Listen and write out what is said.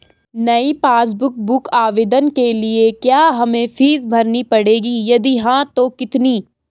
नयी passbook book आवेदन के लिए क्या हमें फीस भरनी पड़ेगी यदि हाँ तो कितनी?